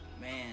man